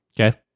Okay